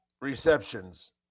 receptions